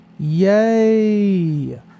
Yay